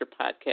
podcast